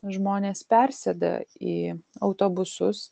žmonės persėda į autobusus